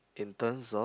in terms of